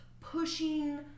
pushing